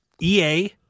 EA